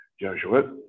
Jesuit